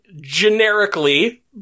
generically